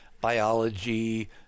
biology